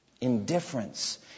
Indifference